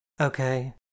Okay